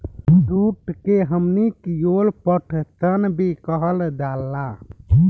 जुट के हमनी कियोर पटसन भी कहल जाला